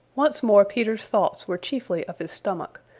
once more peter's thoughts were chiefly of his stomach,